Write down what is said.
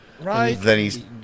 Right